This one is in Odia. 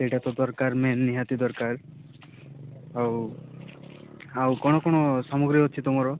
ସେଇଟା ତ ଦରକାର ମେନ୍ ନିହାତି ଦରକାର ଆଉ ଆଉ କ'ଣ କ'ଣ ସାମଗ୍ରୀ ଅଛି ତମର